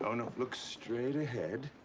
ah no, look straight ahead